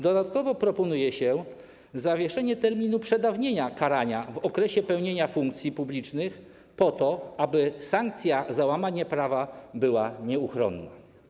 Dodatkowo proponuje się zawieszenie terminu przedawnienia karania w okresie pełnienia funkcji publicznych po to, aby sankcja za łamanie prawa była nieuchronna.